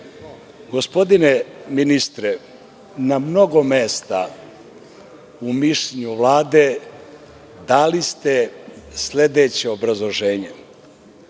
ministre, na mnogo mesta u mišljenju Vlade dali ste sledeće obrazloženje